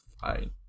Fine